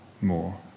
more